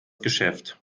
geschäft